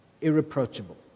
Irreproachable